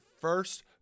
first